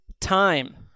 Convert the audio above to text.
time